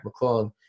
McClung